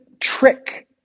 trick